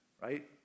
Right